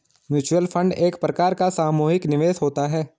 mutual fund एक प्रकार का सामुहिक निवेश होता है